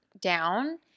down